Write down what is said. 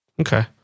okay